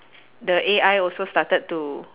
the A_I also started to